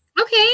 Okay